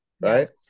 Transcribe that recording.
right